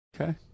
Okay